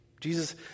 Jesus